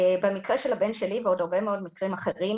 במקרה של הבן שלי ועוד הרבה מאוד מקרים אחרים,